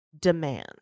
Demand